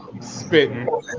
spitting